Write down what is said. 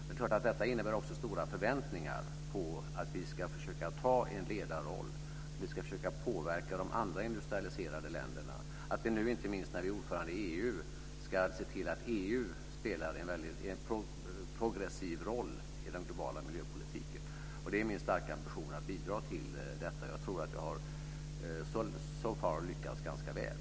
Det är klart att detta också innebär stora förväntningar på att vi ska försöka inta en ledarroll och påverka de andra industrialiserade länderna - inte minst när Sverige nu är ordförandeland i EU - att se till att EU spelar en progressiv roll i den globala miljöpolitiken. Det är min starka ambition att bidra till detta, och jag tror att jag so far har lyckats ganska väl.